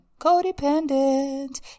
Codependent